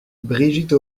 brigitte